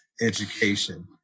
education